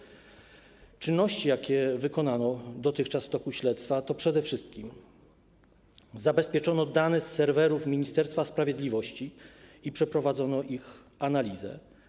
Jeżeli chodzi o czynności, które wykonano dotychczas w toku śledztwa, to przede wszystkim zabezpieczono dane z serwerów Ministerstwa Sprawiedliwości i przeprowadzono ich analizę.